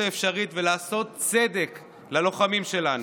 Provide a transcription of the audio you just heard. האפשרית ולעשות צדק ללוחמים שלנו.